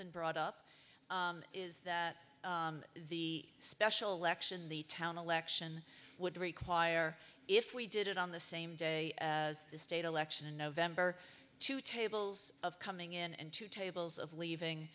been brought up is that the special election the town election would require if we did it on the same day as the state election in november two tables of coming in and two tables of leaving